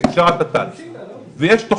יש פה